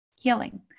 healing